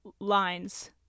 lines